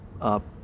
up